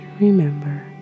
remember